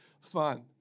fun